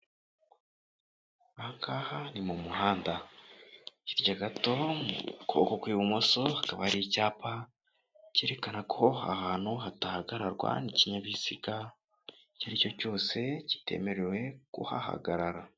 Aha ngaha ni mu muhanda, hirya gato mu kuboko kw'ibumoso hakaba hari icyapa cyerekana ko aha hantu hadahagararwa n'ikinyabiziga icyo ari cyo cyose kitemerewe kuhahagarara.